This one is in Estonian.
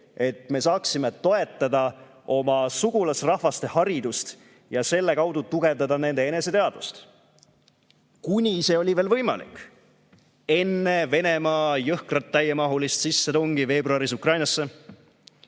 et me saaksime toetada oma sugulasrahvaste haridust ja selle kaudu tugevdada nende eneseteadvust. Kuni see oli veel võimalik, enne Venemaa jõhkrat täiemahulist sissetungi veebruaris Ukrainasse,